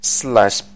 slash